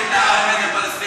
אין דבר כזה עם פלסטיני.